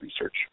research